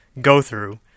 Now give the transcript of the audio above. go-through